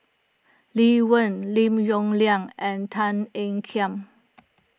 Lee Wen Lim Yong Liang and Tan Ean Kiam